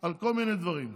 על כל מיני דברים.